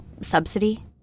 subsidy